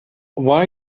why